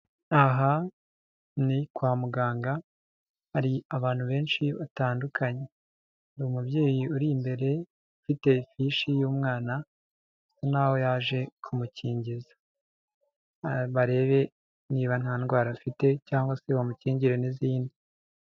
Aha ni kwa muganga hari abantu benshi batandukanye. Hari umubyeyi uri imbere ufite ifishi y'umwana, bisa nk'aho yaje kumukingiza; barebe niba nta ndwara afite cyangwa se bamukingire n'izindi.